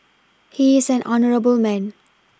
he is an honourable man